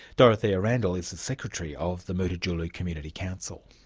dorothea randall is the secretary of the mutijulu community council.